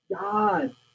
God